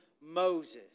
Moses